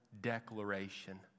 declaration